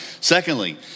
Secondly